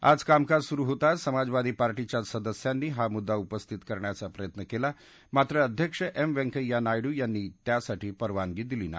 आज कामकाज सुरु होताच समाजवादी पार्टीच्या सदस्यांनी हा मुद्वा उपस्थित करण्याचा प्रयत्न केला मात्र अध्यक्ष एम व्यंकय्या नायडू यांनी त्यासाठी परवानगी दिली नाही